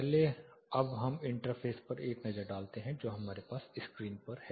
पहले अब हम इंटरफ़ेस पर एक नज़र डालते हैं जो हमारे पास स्क्रीन पर है